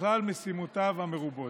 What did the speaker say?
בכלל משימותיו המרובות.